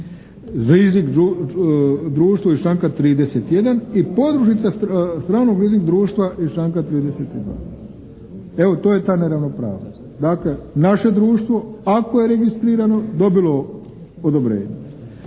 društvo iz članka 31. i podružnica stranog leasing društva iz članka 32. Evo to je ta neravnopravnost. Dakle, naše društvo ako je registrirano dobilo odobrenje.